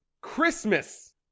Christmas